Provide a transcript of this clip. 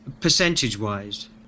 percentage-wise